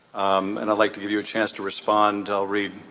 um and i'd like to give you a chance to respond. i'll read.